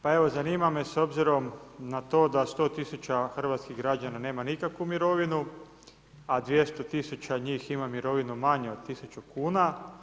Pa evo, zanima me s obzirom na to, da 100000 hrvatskih građana nema nikakvu mirovina, a 200000 njih ima mirovinu manju od 1000 kn.